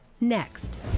Next